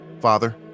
Father